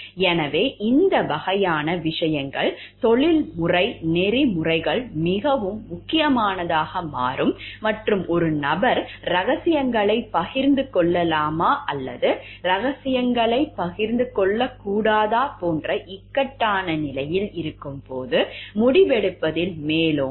எனவே இந்த வகையான விஷயங்கள் தொழில்முறை நெறிமுறைகள் மிகவும் முக்கியமானதாக மாறும் மற்றும் ஒரு நபர் இரகசியங்களைப் பகிர்ந்து கொள்ளலாமா அல்லது இரகசியங்களைப் பகிர்ந்து கொள்ளலாமா போன்ற இக்கட்டான நிலையில் இருக்கும்போது முடிவெடுப்பதில் மேலெழுதும்